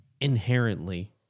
inherently